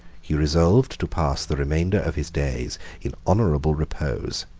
he resolved to pass the remainder of his days in honorable repose,